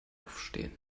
aufstehen